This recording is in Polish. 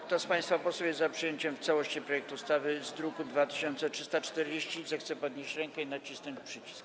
Kto z państwa posłów jest za przyjęciem w całości projektu ustawy z druku nr 2340, zechce podnieść rękę i nacisnąć przycisk.